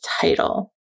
title